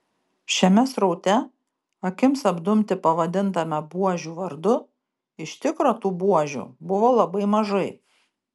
šiame sraute akims apdumti pavadintame buožių vardu iš tikro tų buožių buvo labai mažai